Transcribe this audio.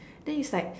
then it's like